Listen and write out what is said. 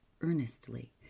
earnestly